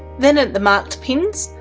then at the marked pins,